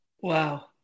Wow